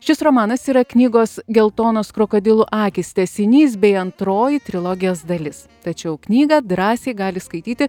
šis romanas yra knygos geltonos krokodilų akys tęsinys bei antroji trilogijos dalis tačiau knygą drąsiai gali skaityti